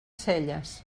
celles